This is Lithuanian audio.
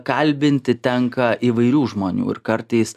kalbinti tenka įvairių žmonių ir kartais